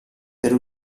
per